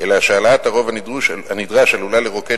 אלא שהעלאת הרוב הנדרש עלולה לרוקן